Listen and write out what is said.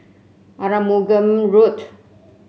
Arumugam Road